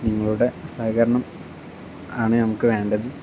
നിങ്ങളുടെ സഹകരണം ആണ് നമുക്ക് വേണ്ടത്